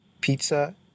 Pizza